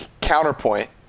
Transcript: Counterpoint